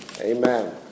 Amen